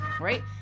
right